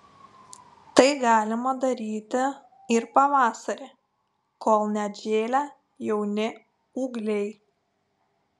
tai galima daryti ir pavasarį kol neatžėlę jauni ūgliai